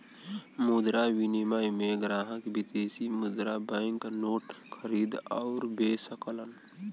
मुद्रा विनिमय में ग्राहक विदेशी मुद्रा बैंक नोट खरीद आउर बे सकलन